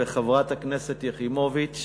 וחברת הכנסת יחימוביץ,